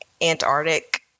Antarctic